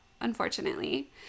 unfortunately